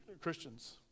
Christians